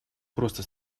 просто